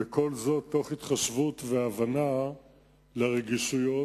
וכל זאת מתוך התחשבות והבנה לרגישויות